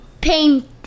paint